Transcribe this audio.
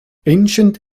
ancient